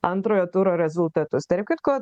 antrojo turo rezultatus tarp kitko